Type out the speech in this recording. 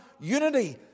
unity